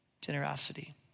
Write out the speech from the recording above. generosity